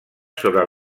sobre